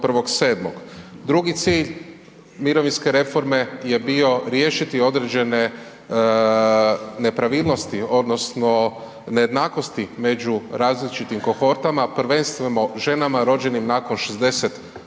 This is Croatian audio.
Drugi cilj mirovinske reforme je bio riješiti određene nepravilnosti odnosno nejednakosti među različitim kohortama prvenstveno ženama rođenim nakon '62.